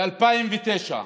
ב-2009.